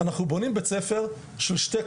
פה הם אומרים יהיה סוג של שטר התחייבות מטעם משרד החינוך.